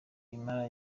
irma